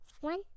One